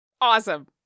Awesome